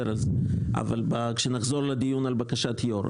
על זה כשנחזור לדיון על בקשת היושב ראש.